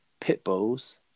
Pitbulls